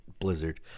Blizzard